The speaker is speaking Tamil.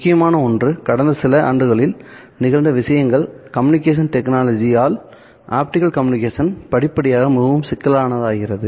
முக்கியமான ஒன்று கடந்த சில ஆண்டுகளில் நிகழ்ந்த விஷயங்கள் communication technology all optical communication படிப்படியாக மிகவும் சிக்கலானதாகிறது